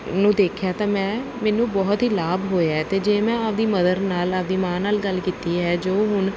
ਨੂੰ ਦੇਖਿਆ ਤਾਂ ਮੈਂ ਮੈਨੂੰ ਬਹੁਤ ਹੀ ਲਾਭ ਹੋਇਆ ਅਤੇ ਜੇ ਮੈਂ ਆਪਣੀ ਮਦਰ ਨਾਲ ਆਪਣੀ ਮਾਂ ਨਾਲ ਗੱਲ ਕੀਤੀ ਹੈ ਜੋ ਹੁਣ